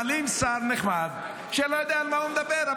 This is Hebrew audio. מעלים שר נחמד שלא יודע על מה הוא מדבר,